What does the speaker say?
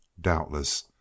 Doubtless